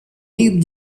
deep